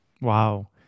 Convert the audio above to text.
wow